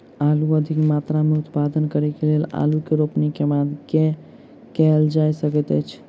आलु अधिक मात्रा मे उत्पादन करऽ केँ लेल आलु केँ रोपनी केँ बाद की केँ कैल जाय सकैत अछि?